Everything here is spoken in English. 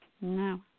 No